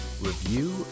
review